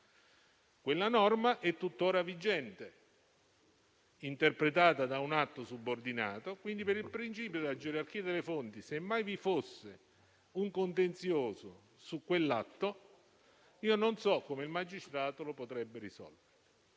Tale norma è tuttora vigente ed è stata interpretata da un atto subordinato; pertanto, per il principio della gerarchia delle fonti, semmai vi fosse un contenzioso su quell'atto, non so come il magistrato lo potrebbe risolvere.